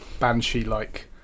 banshee-like